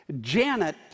Janet